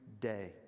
day